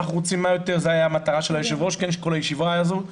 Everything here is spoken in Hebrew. אנחנו רוצים --- זו הייתה המטרה של היו"ר של כל הישיבה הזאת,